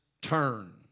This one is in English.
turn